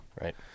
right